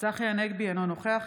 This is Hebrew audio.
צחי הנגבי, אינו נוכח